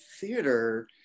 theater